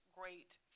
great